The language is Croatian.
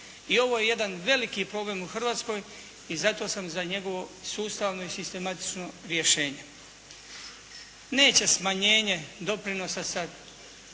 I ovo je jedan veliki problem u Hrvatskoj i zato sam za njegovo sustavno i sistematično rješenje. Neće smanjenje doprinosa sa